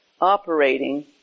operating